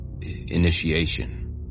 initiation